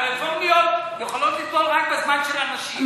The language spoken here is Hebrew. הרפורמיות יכולות לטבול רק בזמן של הנשים,